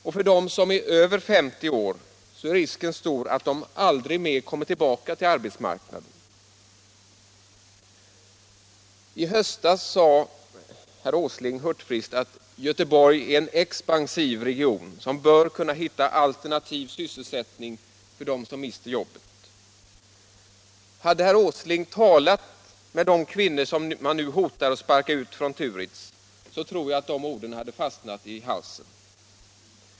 Och för dem som är över 50 år är risken stor att de aldrig mer kommer tillbaka till arbetsmarknaden. I höstas sade herr Åsling hurtfriskt att Göteborg är en expansiv region som bör kunna hitta alternativ sysselsättning för dem som mister sitt jobb. Hade herr Åsling talat med de kvinnor som man nu hotar att sparka ut från Turitz, så tror jag att de orden hade fastnat i halsen.